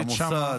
למוסד,